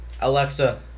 Alexa